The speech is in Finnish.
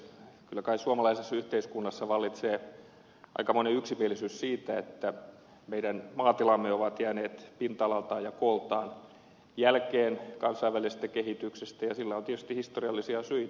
kyllä kai suomalaisessa yhteiskunnassa vallitsee aikamoinen yksimielisyys siitä että meidän maatilamme ovat jääneet pinta alaltaan ja kooltaan jälkeen kansainvälisestä kehityksestä ja sillä on tietysti historiallisia syitä